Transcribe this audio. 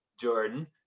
Jordan